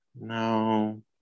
no